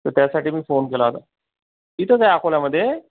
तर त्यासाठी मी फोन केला होता इथेच आहे अकोल्यामध्ये